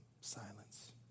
silence